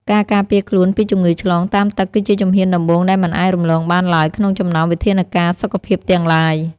ការការពារខ្លួនពីជំងឺឆ្លងតាមទឹកគឺជាជំហានដំបូងដែលមិនអាចរំលងបានឡើយក្នុងចំណោមវិធានការសុខភាពទាំងឡាយ។